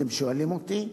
אתם שואלים אותי,